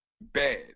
bad